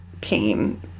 pain